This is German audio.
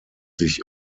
sich